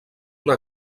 una